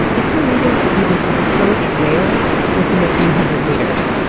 it's illegal to even approach whales within a few hundred meters.